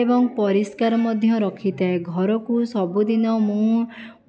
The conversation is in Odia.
ଏବଂ ପରିଷ୍କାର ମଧ୍ୟ ରଖିଥାଏ ଘରକୁ ସବୁଦିନ ମୁଁ